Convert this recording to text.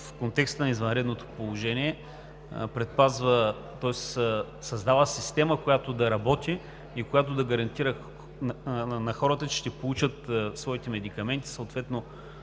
в контекста на извънредното положение, тоест създава система, която да работи и която да гарантира на хората, че ще получат своите медикаменти, съответно